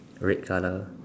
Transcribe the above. red colour